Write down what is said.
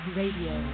radio